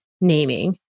naming